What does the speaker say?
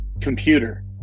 computer